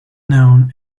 known